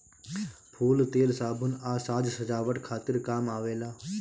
फूल तेल, साबुन आ साज सजावट खातिर काम आवेला